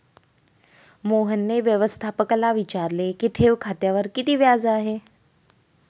मोहनने व्यवस्थापकाला विचारले की ठेव खात्यावर किती व्याज आहे?